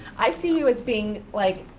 i see you as being, like,